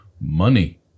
money